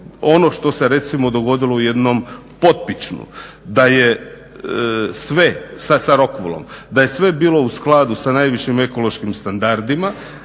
ono što se recimo dogodilo u jednom Potpičnu. Da je sve sa Rockwoollom, da je sve bilo u skladu sa najvišim ekološkim standardima